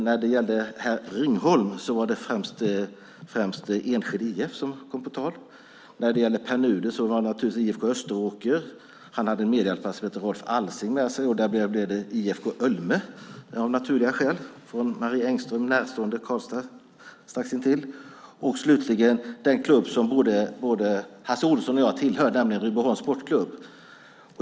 När det gällde herr Ringholm var det främst Enskede IK som kom på tal. När det gällde Pär Nuder var det naturligtvis IFK Österåker. Han hade Rolf Alsing med sig. Där blev det IFK Ölme av naturliga skäl, från Marie Engström närstående Karlstad strax intill. Slutligen var det den klubb som både Hasse Olsson och jag tillhör, nämligen Rydboholms Sportklubb.